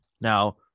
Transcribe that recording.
Now